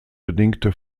bedingte